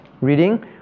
Reading